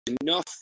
enough